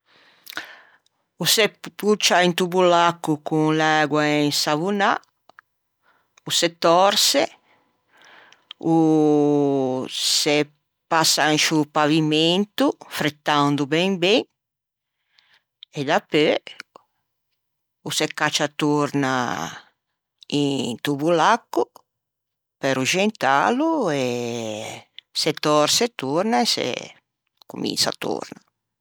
O se puccia into bollacco con l'ægua insavonâ, o se torçe, o se passa in sciô pavimento frettando ben ben e dapeu o se caccia torna into bollacco pe arruxentâlo e se torçe torna e se cominsa torna.